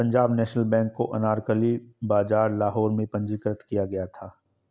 Punjab National Bank को अनारकली बाजार लाहौर में पंजीकृत किया गया था